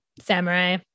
samurai